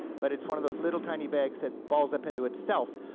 but it's one of those little tiny bags that balls up into itself.